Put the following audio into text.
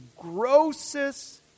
grossest